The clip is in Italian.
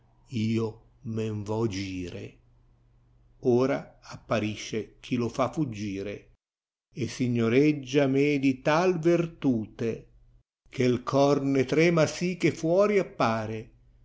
io roen vo gire ora apparisce chi lo fa fuggire e signoreggia me di tal vertute che cor ne trema sì che faori appare